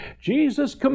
Jesus